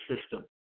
system